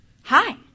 Hi